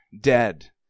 dead